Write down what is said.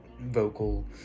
vocal